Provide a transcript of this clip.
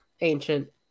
ancient